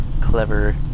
clever